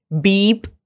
beep